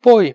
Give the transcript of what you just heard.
poi